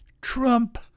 Trump